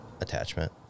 attachment